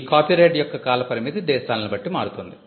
ఈ కాపీరైట్ యొక్క కాల పరిమితి దేశాలను బట్టి మారుతుంది